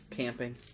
Camping